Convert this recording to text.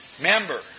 member